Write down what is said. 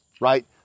right